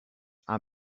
are